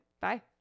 Bye